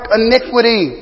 iniquity